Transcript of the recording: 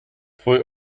twój